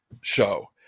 show